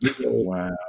Wow